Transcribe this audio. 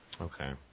Okay